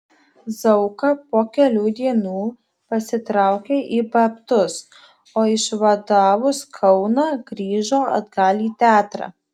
zauka po kelių dienų pasitraukė į babtus o išvadavus kauną grįžo atgal į teatrą